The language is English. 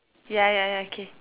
ya ya ya K